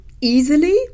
easily